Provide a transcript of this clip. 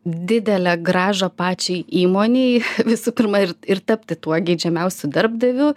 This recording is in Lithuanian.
didelę grąžą pačiai įmonei visų pirma ir ir tapti tuo geidžiamiausiu darbdaviu